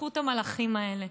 בזכות המלאכים האלה.